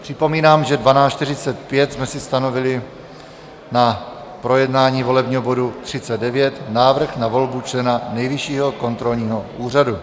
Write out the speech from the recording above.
Připomínám, že 12.45 jsme si stanovili na projednání volebního bodu 39, Návrh na volbu člena Nejvyššího kontrolního úřadu.